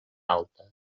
alta